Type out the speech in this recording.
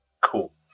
Cool